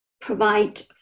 provide